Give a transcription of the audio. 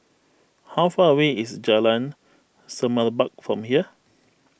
how far away is Jalan Semerbak from here